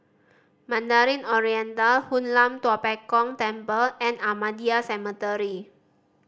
Mandarin Oriental Hoon Lam Tua Pek Kong Temple and Ahmadiyya Cemetery